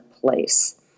Place